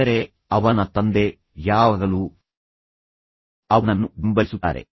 ಆದರೆ ಅವನ ತಂದೆ ಯಾವಾಗಲೂ ಅವನನ್ನು ಪ್ರೀತಿಸುತ್ತಾರೆ ಮತ್ತು ಅವನನ್ನು ಬೆಂಬಲಿಸುತ್ತಾರೆ